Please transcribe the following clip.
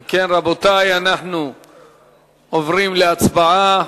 אם כן, רבותי, אנחנו עוברים להצבעה.